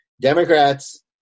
Democrats